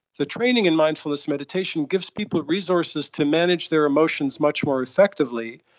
the training in mindfulness meditation gives people resources to manage their emotions much more effectively,